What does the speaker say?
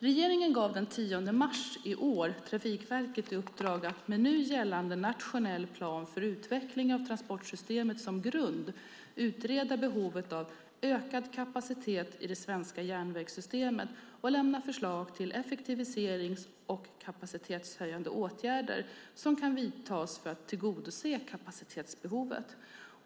Regeringen gav den 10 mars i år Trafikverket i uppdrag att med nu gällande nationell plan för utveckling av transportsystemet som grund utreda behovet av ökad kapacitet i det svenska järnvägssystemet och lämna förslag till effektiviserings och kapacitetshöjande åtgärder som kan vidtas för att tillgodose kapacitetsbehovet.